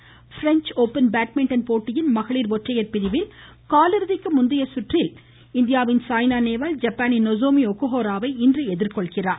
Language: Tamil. ப்ரெஞ்ச் ஓபன் பேட்மிட்டன் போட்டியில் மகளிர் ஒற்றையர் பிரிவில் காலிறுதிக்கு முந்தைய சுற்று ஆட்டத்தில் இந்தியாவின் சாய்னா நேவால் ஜப்பானின் நொசோமி ஒக்கோஹாராவை இன்று எதிர்கொள்கிறார்